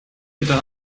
bitte